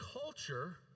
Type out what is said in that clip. culture